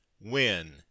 win